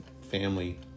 family